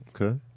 Okay